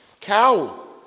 cow